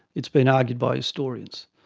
it's been argued by historians.